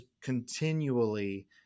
continually